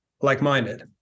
like-minded